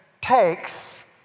takes